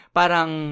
parang